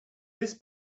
this